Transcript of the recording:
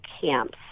camps